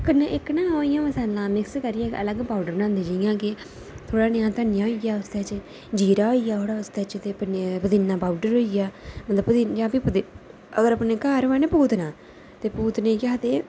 कन्नै इक न अलग पाऊडर बनादे जि'यां कि थोह्ड़ा नेहा धनियां होई गेआ उसदे च जीरा होई गेआ थोह्ड़ा उसदे च पुदीना पाऊडर होई गेआ जां फ्ही अगर अपनै घर होऐ न पूतना ते पूतने ई केह् आखदे